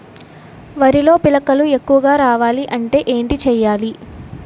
వరిలో పిలకలు ఎక్కువుగా రావాలి అంటే ఏంటి చేయాలి?